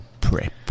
PREP